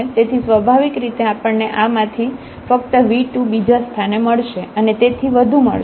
તેથી સ્વાભાવિક રીતે આપણને આ માંથી ફક્ત v2 બીજા સ્થાને મળશે અને તેથી વધુ મળશે